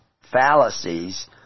fallacies